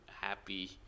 happy